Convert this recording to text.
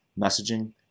messaging